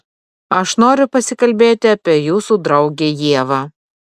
aš noriu pasikalbėti apie jūsų draugę ievą